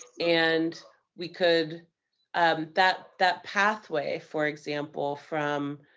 and we could um that that pathway, for example, from